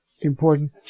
important